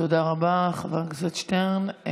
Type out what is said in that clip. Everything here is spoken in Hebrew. תודה רבה, חבר הכנסת שטרן.